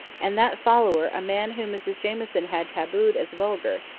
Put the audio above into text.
and that follower a man whom mrs jamieson had tabooed as vulgar,